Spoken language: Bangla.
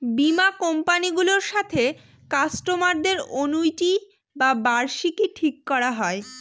বীমা কোম্পানি গুলোর সাথে কাস্টমারদের অনুইটি বা বার্ষিকী ঠিক করা হয়